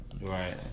Right